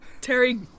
Terry